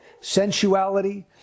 sensuality